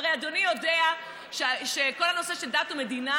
הרי אדוני יודע שכל הנושא של דת ומדינה